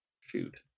Shoot